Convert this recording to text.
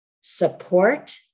support